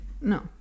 No